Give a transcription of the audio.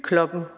kroppen